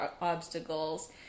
obstacles